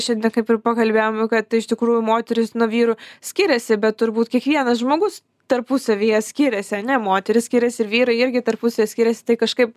šiandien kaip ir pakalbėjom kad iš tikrųjų moterys nuo vyrų skiriasi bet turbūt kiekvienas žmogus tarpusavyje skiriasi ane moterys skiriasi ir vyrai irgi tarpusavyje skiriasi tai kažkaip